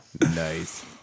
Nice